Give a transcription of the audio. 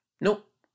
nope